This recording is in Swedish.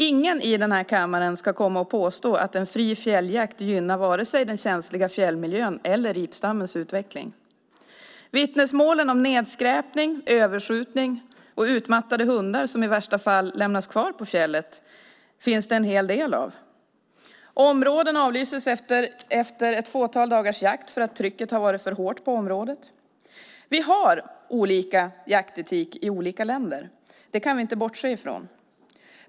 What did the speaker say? Ingen i denna kammare ska komma och påstå att en fri fjälljakt gynnar vare sig den känsliga fjällmiljön eller ripstammens utveckling. Vittnesmål om nedskräpning, överskjutning och utmattade hundar, som i värsta fall lämnas kvar på fjället, finns det en hel del av. Områden avlyses efter ett fåtal dagars jakt för att trycket på området varit för hårt. Vi har olika jaktetik i olika länder. Det kan vi inte bortse från.